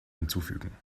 hinzufügen